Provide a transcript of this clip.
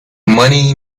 money